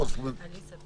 אני מתנצל